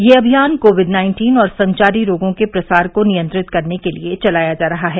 यह अभियान Covid nineteen और संचारी रोगों के प्रसार को नियंत्रित करने के लिए चलाया जा रहा है